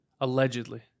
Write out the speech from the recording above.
allegedly